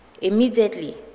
Immediately